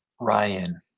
Ryan